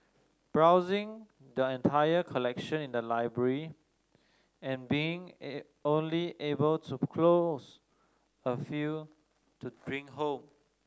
browsing the entire collection in the library and being a only able to a few to bring home